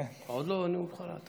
עוד לא היה נאום בכורה?